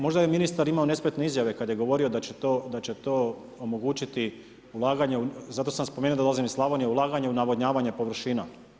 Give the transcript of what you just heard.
Možda je ministar imao nespretne izjave kad je govorio da će to omogućiti ulaganja, zato sam spomenuo da dolazim iz Slavonije, ulaganja u navodnjavanje površina.